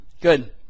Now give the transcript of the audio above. good